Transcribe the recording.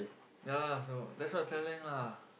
ya so that's what telling lah